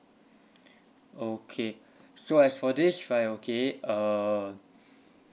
okay so as for this right okay err